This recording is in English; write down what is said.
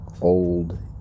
old